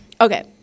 Okay